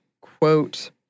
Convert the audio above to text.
quote